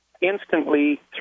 instantly